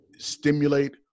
stimulate